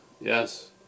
Yes